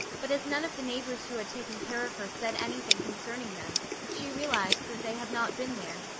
but as none of the neighbours who had taken care of her said anything concerning them, she realized that they had not been there.